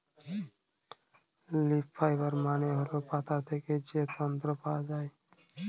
leaf fibre মানে হল পাতা থেকে যে তন্তু পাওয়া যায়